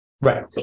Right